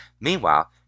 Meanwhile